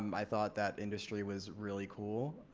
um i thought that industry was really cool.